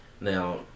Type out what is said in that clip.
Now